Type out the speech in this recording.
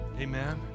amen